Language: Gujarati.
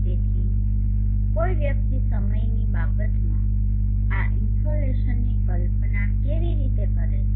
તેથી કોઈ વ્યક્તિ સમયની બાબતમાં આ ઇન્સોલેશનની કલ્પના કેવી રીતે કરે છે